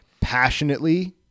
passionately